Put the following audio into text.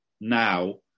now